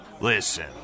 Listen